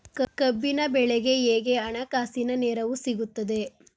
ಕಬ್ಬಿನ ಬೆಳೆಗೆ ಹೇಗೆ ಹಣಕಾಸಿನ ನೆರವು ಸಿಗುತ್ತದೆ?